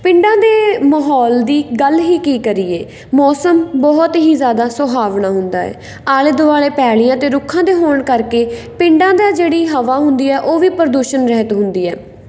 ਪਿੰਡਾਂ ਦੇ ਮਾਹੌਲ ਦੀ ਗੱਲ ਹੀ ਕੀ ਕਰੀਏ ਮੌਸਮ ਬਹੁਤ ਹੀ ਜ਼ਿਆਦਾ ਸੁਹਾਵਣਾ ਹੁੰਦਾ ਹੈ ਆਲੇ ਦੁਆਲੇ ਪੈਲੀਆਂ 'ਤੇ ਰੁੱਖਾਂ ਦੇ ਹੋਣ ਕਰਕੇ ਪਿੰਡਾਂ ਦਾ ਜਿਹੜੀ ਹਵਾ ਹੁੰਦੀ ਹੈ ਉਹ ਵੀ ਪ੍ਰਦੂਸ਼ਣ ਰਹਿਤ ਹੁੰਦੀ ਹੈ